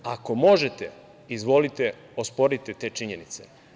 Ako možete, izvolite, osporite te činjenice.